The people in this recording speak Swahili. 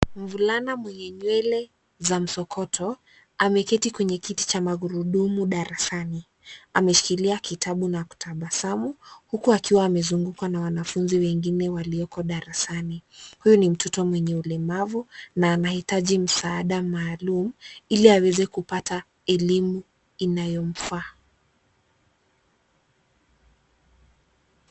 Mvulana mwenye nywele za msokoto ameketi kwenye kiti cha magurudumu darasani. Ameshikilia kitabu na kutabasamu huku akiwa amezungukwa na wanafunzi wengine walioko darasani. Huyu ni mtoto mwenye ulemavu na anahitaji msaada maalum ili aweze kupata elimu inayomfaa.